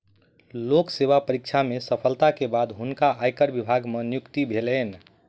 लोक सेवा परीक्षा में सफलता के बाद हुनका आयकर विभाग मे नियुक्ति भेलैन